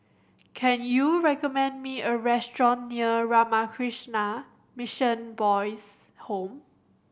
can you recommend me a restaurant near Ramakrishna Mission Boys' Home